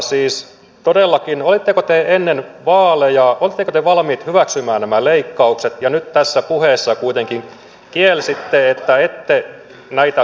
siis todellakin olitteko te ennen vaaleja valmiit hyväksymään nämä leikkaukset kun nyt tässä puheessa kuitenkin kielsitte että ette näitä hyväksy